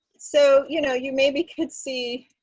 so you know you maybe could see